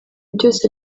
byose